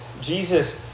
Jesus